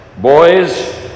Boys